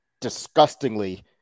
disgustingly